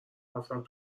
رفتم